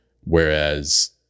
whereas